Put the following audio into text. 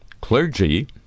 clergy